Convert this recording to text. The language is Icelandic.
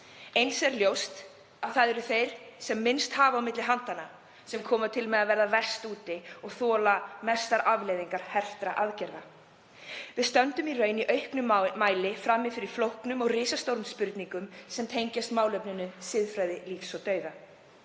Eins er ljóst að það eru þeir sem minnst hafa á milli handanna sem koma til með að verða verst úti og þola mestar afleiðingar hertra aðgerða. Við stöndum í raun í auknum mæli frammi fyrir flóknum og risastórum spurningum sem tengjast siðfræði lífs og dauða.